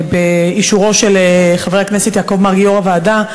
באישורו של חבר הכנסת יעקב מרגי, יושב-ראש הוועדה,